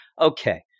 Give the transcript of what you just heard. okay